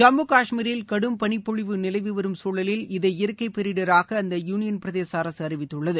ஜம்மு கஷ்மீரில் கடும் பனி பொழிவு நிலவி வரும் சூழலில் இதை இயற்கை பேரிடராக அந்த யூனியன் பிரதேச அரசு அறிவித்துள்ளது